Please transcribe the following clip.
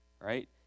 right